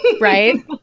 Right